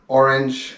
orange